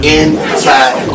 inside